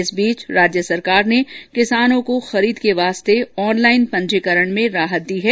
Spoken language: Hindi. इस बीच राज्य सरकार ने किसानों को खरीद के वास्ते ऑनलाइन पंजीकरण के लिये राहत दी है